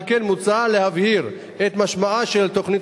על כן מוצע להבהיר את משמעה של תוכנית